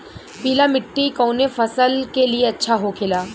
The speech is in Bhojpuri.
पीला मिट्टी कोने फसल के लिए अच्छा होखे ला?